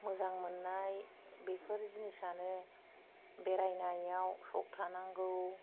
मोजां मोननाय बेफोर जिनिसआनो बेरायनायाव सक थानांगौ